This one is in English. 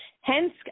Hence